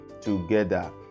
together